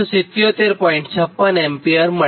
56 ampere મળે